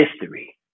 history